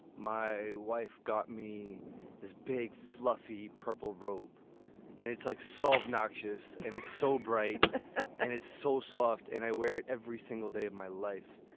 my wife got me this big fluffy purple robe and it's like solved noxious. and it's so bright and it's so soft. and i wear it every single day of my life.